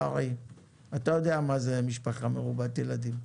קרעי אתה יודע מה זה משפחה מרובת ילדים,